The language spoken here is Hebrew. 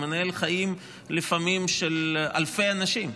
הוא מנהל חיים של אלפי אנשים לפעמים.